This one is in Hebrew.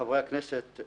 חברי הכנסת,